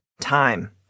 time